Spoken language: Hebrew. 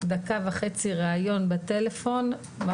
לא, לא,